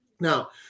Now